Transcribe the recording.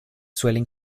suelen